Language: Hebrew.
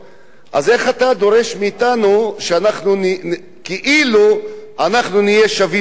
איך אתה דורש מאתנו שכאילו נהיה שווים בנטל?